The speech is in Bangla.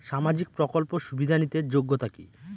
সামাজিক প্রকল্প সুবিধা নিতে যোগ্যতা কি?